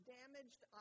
damaged